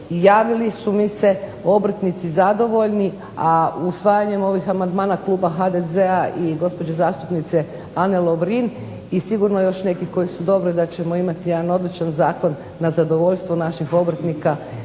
javili su mi se obrtnici zadovoljni, a usvajanjem ovih amandmana kluba HDZ-a i gospođe zastupnice Ane Lovrin i sigurno još nekih koji su dobri da ćemo imati jedan odličan zakon na zadovoljstvo naših obrtnika